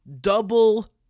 double